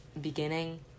beginning